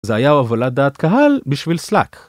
זה היה הובלת דעת קהל, בשביל סלאק.